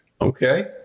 Okay